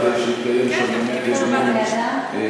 כדי שיתקיים שם דיון לעומק,